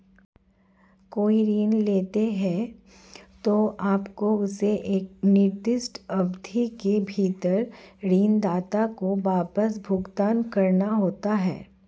कोई ऋण लेते हैं, तो आपको उसे एक निर्दिष्ट अवधि के भीतर ऋणदाता को वापस भुगतान करना होता है